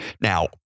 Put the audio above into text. Now